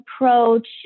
approach